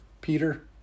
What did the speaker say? Peter